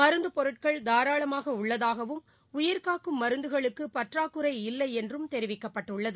மருந்து பொருட்கள் தாராளமாக உள்ளதாகவும் உயிர்காக்கும் மருந்துகளுக்கு பற்றாக்குறை இல்லை என்றும் தெரிவிக்கப்பட்டுள்ளது